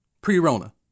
pre-rona